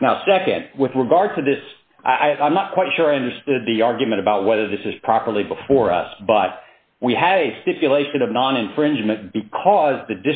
now nd with regard to this i'm not quite sure i understood the argument about whether this is properly before us but we had a stipulation of non infringement because the